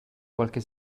qualche